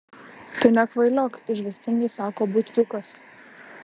tu nekvailiok išgąstingai sako butkiukas